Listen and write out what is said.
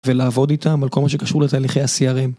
ולעבוד איתם על כל מה שקשור לתהליכי הcrm.